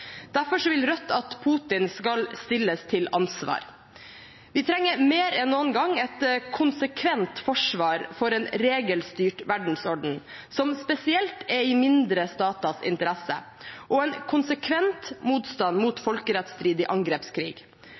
Derfor vil Rødt at Putin skal stilles til ansvar. Vi trenger mer enn noen gang et konsekvent forsvar for en regelstyrt verdensorden, som spesielt er i mindre staters interesse, og en konsekvent motstand mot folkerettsstridig angrepskrig.